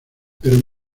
pero